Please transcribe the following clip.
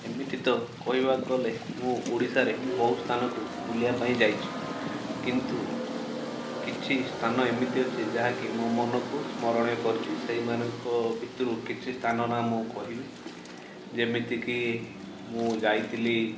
ଏମିତି ତ କହିବାକୁ ଗଲେ ମୁଁ ଓଡ଼ିଶାରେ ବହୁତ ସ୍ଥାନକୁ ବୁଲିବା ପାଇଁ ଯାଇଛି କିନ୍ତୁ କିଛି ସ୍ଥାନ ଏମିତି ଅଛି ଯାହାକି ମୋ ମନକୁ ସ୍ମରଣୀୟ କରିଛି ସେଇମାନଙ୍କ ଭିତରୁ କିଛି ସ୍ଥାନ ନାଁ ମୁଁ କହିବି ଯେମିତି କି ମୁଁ ଯାଇଥିଲି